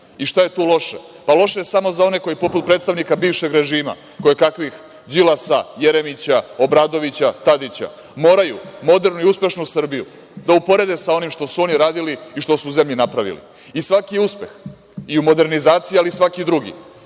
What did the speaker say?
šta je tu loše? Pa loše je samo za one koji, poput predstavnika bivšeg režima, kojekakvih Đilasa, Jeremića, Obradovića, Tadića, moraju modernu i uspešnu Srbiju da uporede sa onim što su oni radili i što su zemlji napravili i svaki uspeh i u modernizaciji, ali i svaki drugi,